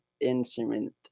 instrument